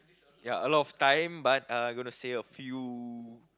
ya a lot of time but uh gonna say a few